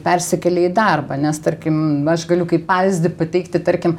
persikelia į darbą nes tarkim aš galiu kaip pavyzdį pateikti tarkim